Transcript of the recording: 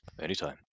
Anytime